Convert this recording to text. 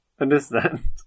understand